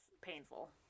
painful